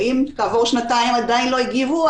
ואם כעבור שנתיים עדיין לא הגיבו,